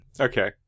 okay